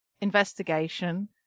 Investigation